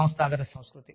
సరే